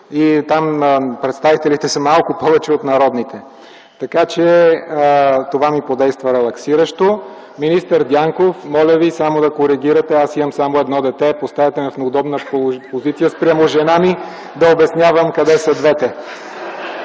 и там представителите са малко повече от народните. Така че това ми подейства релаксиращо. Министър Дянков, моля Ви да коригирате – аз имам само едно дете. Поставяте ме в неудобна позиция спрямо жена ми - да обяснявам къде са двете.